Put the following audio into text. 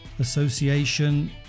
Association